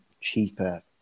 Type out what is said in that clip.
cheaper